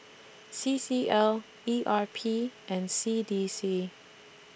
C C L E R P and C D C